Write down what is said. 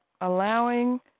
allowing